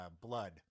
blood